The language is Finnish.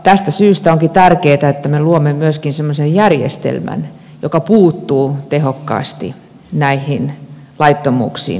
tästä syystä onkin tärkeätä että me luomme myöskin semmoisen järjestelmän joka puuttuu tehokkaasti näihin laittomuuksiin